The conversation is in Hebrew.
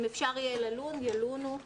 אם אפשר יהיה ללון, ילונו וכולי.